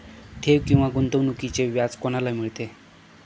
ठेव किंवा गुंतवणूकीचे व्याज कोणाला मिळते?